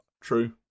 True